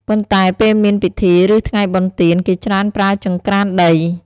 ប៉ុន្តែ ពេលមានពិធី ឬ ថ្ងៃបុណ្យទាន គេច្រើនប្រើចង្ក្រានដី។